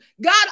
God